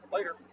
Later